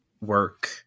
work